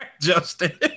Justin